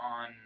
on